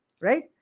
right